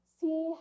see